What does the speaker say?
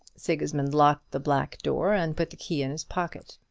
sigismund locked the black door and put the key in his pocket.